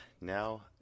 Now